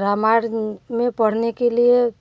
रामायण में पढ़ने के लिए